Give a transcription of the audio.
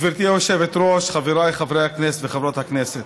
גברתי היושבת-ראש, חבריי חברי הכנסת וחברות הכנסת,